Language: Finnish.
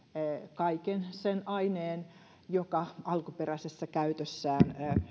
kaiken sen aineen joka alkuperäisessä käytössään